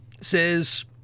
says